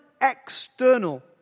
external